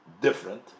different